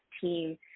team